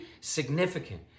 significant